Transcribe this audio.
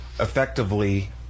effectively